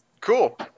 Cool